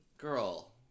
Girl